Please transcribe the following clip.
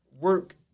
work